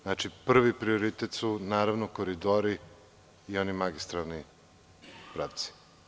Znači, prvi prioritet su, naravno, koridori i oni magistralni pravci.